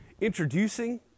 introducing